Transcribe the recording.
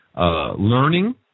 learning